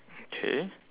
okay